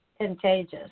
contagious